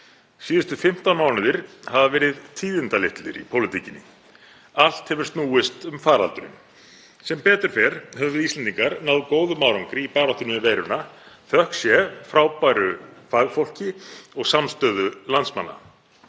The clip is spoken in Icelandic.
Síðustu 15 mánuðir hafa verið tíðindalitlir í pólitíkinni, allt hefur snúist um faraldurinn. Sem betur fer höfum við Íslendingar náð góðum árangri í baráttunni við veiruna, þökk sé frábæru fagfólki og samstöðu landsmanna.